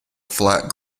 flat